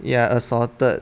ya assaulted